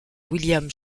william